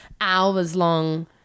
hours-long